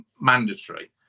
mandatory